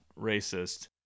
racist